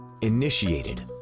initiated